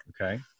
Okay